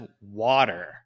water